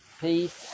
peace